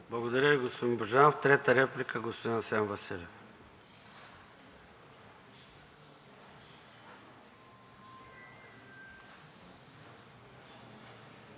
Благодаря Ви, господин Божанов. Трета реплика – господин Асен Василев.